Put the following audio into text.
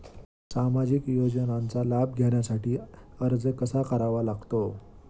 सामाजिक योजनांचा लाभ घेण्यासाठी अर्ज कसा करावा लागतो?